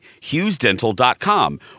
HughesDental.com